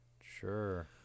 Sure